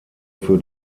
für